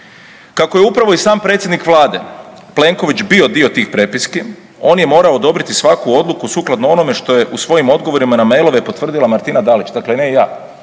Kako je upravo i sam predsjednik vlade Plenković bio dio tih prepiski on je morao odobriti svaku odluku sukladno onome što je u svojim odgovorima na mailove potvrdila Martina Dalić, dakle ne ja,